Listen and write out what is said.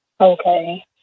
Okay